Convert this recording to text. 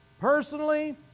personally